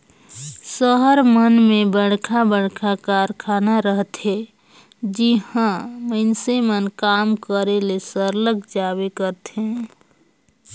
सहर मन में बड़खा बड़खा कारखाना रहथे जिहां मइनसे मन काम करे ले सरलग जाबे करथे